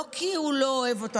לא כי הוא לא אוהב אותו,